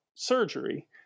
surgery